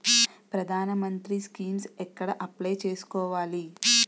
ప్రధాన మంత్రి స్కీమ్స్ ఎక్కడ అప్లయ్ చేసుకోవాలి?